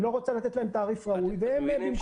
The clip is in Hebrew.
היא לא רוצה לתת להם תעריף ראוי והם במקום